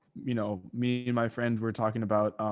you know me and my friend were talking about,